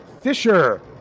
Fisher